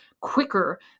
quicker